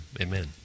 Amen